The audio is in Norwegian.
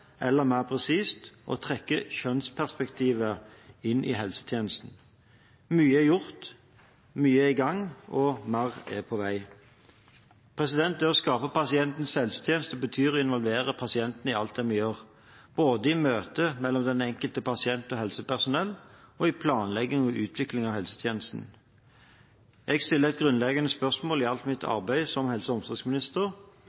eller mer presist: å trekke kjønnsperspektivet inn i helsetjenesten. Mye er gjort, mye er i gang, og mer er på vei. Å skape pasientens helsetjeneste betyr å involvere pasientene i alt vi gjør, både i møtet mellom den enkelte pasient og helsepersonell og i planlegging og utvikling av helsetjenester. Jeg stiller et grunnleggende spørsmål i alt mitt arbeid som helse- og omsorgsminister: